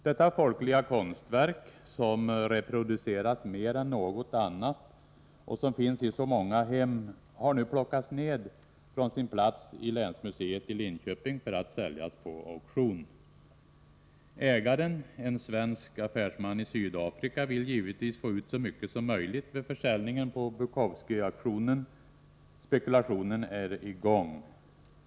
Detta folkliga konstverk, som reproducerats mer än något annat och som finns i så många hem, har nu plockats ned från sin plats i länsmuseet i Linköping för att säljas på auktion. Ägaren, en svensk affärsman i Sydafrika, vill givetvis få ut så mycket som möjligt vid försäljningen på Bukowski-auktionen. Spekulationen är i gång.